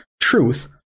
truth